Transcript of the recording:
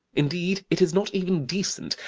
indeed, it is not even decent.